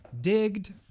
digged